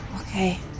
Okay